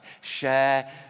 Share